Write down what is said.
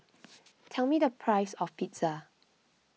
tell me the price of pizza